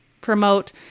promote